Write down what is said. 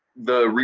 the ree,